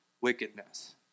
wickedness